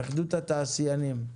התאחדות התעשיינים.